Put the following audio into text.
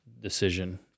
decision